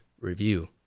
review